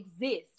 exist